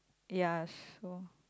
ya so